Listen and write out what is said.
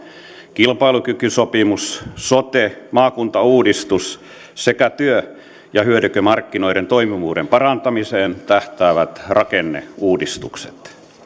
kilpailukykysopimus sote maakuntauudistus sekä työ ja hyödykemarkkinoiden toimivuuden parantamiseen tähtäävät rakenneuudistukset